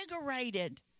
invigorated